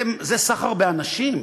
זה סחר באנשים.